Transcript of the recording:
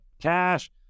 cash